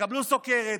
תקבלו סוכרת,